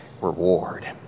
reward